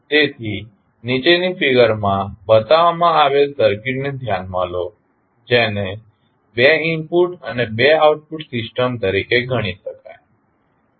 તેથી નીચેની ફિગર માં બતાવવામાં આવેલ સર્કિટને ધ્યાનમાં લો જેને બે ઇનપુટ અને બે આઉટપુટ સિસ્ટમ તરીકે ગણી શકાય